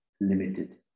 limited